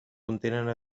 continent